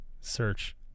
search